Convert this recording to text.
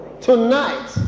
Tonight